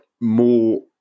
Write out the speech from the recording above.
more